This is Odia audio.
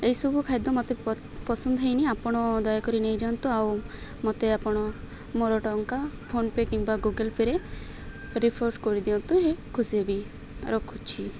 ଏଇସବୁ ଖାଦ୍ୟ ମୋତେ ପ ପସନ୍ଦ ହେଇନି ଆପଣ ଦୟାକରି ନେଇଯାଆନ୍ତୁ ଆଉ ମୋତେ ଆପଣ ମୋର ଟଙ୍କା ଫୋନ୍ପେ କିମ୍ବା ଗୁଗଲ ପେରେ ରିଫଣ୍ଡ କରିଦିଅନ୍ତୁ ହେ ଖୁସି ହେବିି ରଖୁଛି